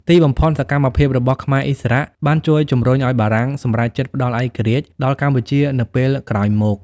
ទីបំផុត សកម្មភាពរបស់ខ្មែរឥស្សរៈបានជួយជំរុញឱ្យបារាំងសម្រេចចិត្តផ្តល់ឯករាជ្យដល់កម្ពុជានៅពេលក្រោយមក។